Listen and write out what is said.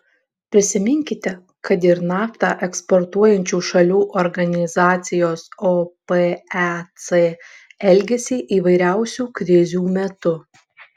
prisiminkite kad ir naftą eksportuojančių šalių organizacijos opec elgesį įvairiausių krizių metu